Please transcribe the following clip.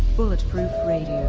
bulletproof radio,